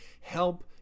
help